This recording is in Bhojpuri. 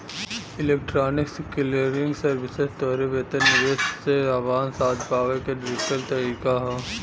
इलेक्ट्रॉनिक क्लियरिंग सर्विसेज तोहरे वेतन, निवेश से लाभांश आदि पावे क डिजिटल तरीका हौ